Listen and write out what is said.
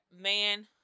man